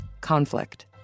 conflict